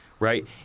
right